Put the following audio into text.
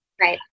right